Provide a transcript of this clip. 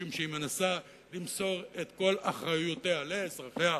משום שהיא מנסה למסור את כל אחריויותיה לאזרחיה,